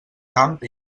camp